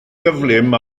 gyflym